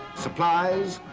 supplies,